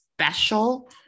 special